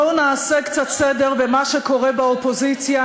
בואו נעשה קצת סדר במה שקורה באופוזיציה,